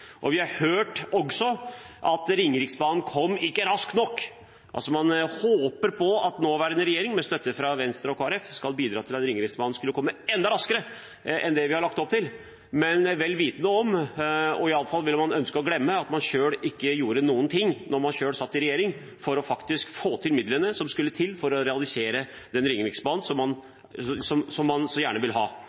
Vi har også hørt at Ringeriksbanen ikke kom raskt nok. Man håper på at nåværende regjering, med støtte fra Venstre og Kristelig Folkeparti, skal bidra til at Ringeriksbanen skal komme enda raskere enn det vi har lagt opp til, men vel vitende om – eller man vil iallfall ønske å glemme det – at man ikke gjorde noen ting da man selv satt i regjering for faktisk å skaffe midlene som skulle til for å realisere den Ringeriksbanen som man så gjerne vil ha.